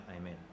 amen